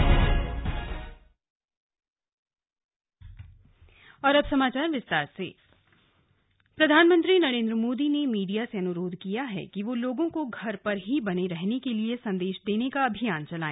PM to media प्रधानमंत्री नरेंद्र मोदी ने media से अन्रोध किया है कि वह लोगों को घर पर ही बने रहने के लिए संदेश देने का अभियान चलाए